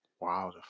Wow